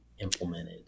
implemented